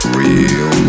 real